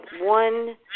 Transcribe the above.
one